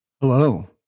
Hello